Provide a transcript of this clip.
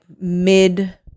mid